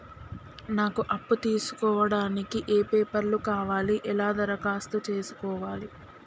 నాకు అప్పు తీసుకోవడానికి ఏ పేపర్లు కావాలి ఎలా దరఖాస్తు చేసుకోవాలి?